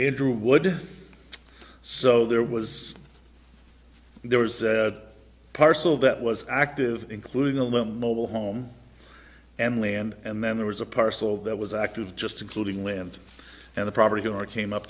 andrew wood so there was there was a parcel that was active including a low mobile home and land and then there was a parcel that was active just including land and the property or came up